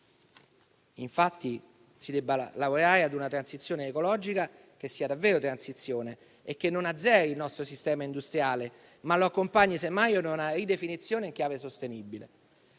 da utilizzare, lavorando ad una transizione ecologica che sia davvero tale e che non azzeri il nostro sistema industriale, ma lo accompagni semmai ad una ridefinizione in chiave sostenibile.